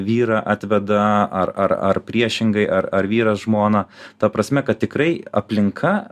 vyrą atveda ar ar ar priešingai ar ar vyras žmoną ta prasme kad tikrai aplinka